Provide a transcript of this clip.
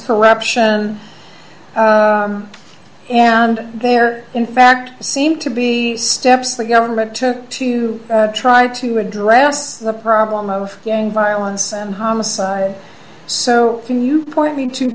corruption and there in fact seemed to be steps the government took to try to address the problem of gang violence and homicide so can you point me to